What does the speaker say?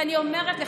ואני אומרת לך,